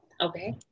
Okay